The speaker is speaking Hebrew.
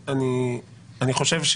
אני חושב,